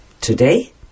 today